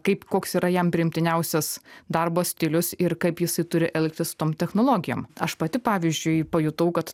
kaip koks yra jam priimtiniausias darbo stilius ir kaip jisai turi elgtis tom technologijom aš pati pavyzdžiui pajutau kad